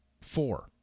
four